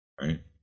Right